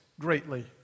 greatly